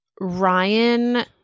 Ryan